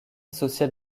social